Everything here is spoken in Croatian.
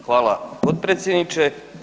Hvala potpredsjedniče.